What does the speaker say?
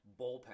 bullpen